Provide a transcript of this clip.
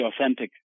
authentic